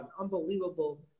unbelievable